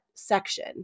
section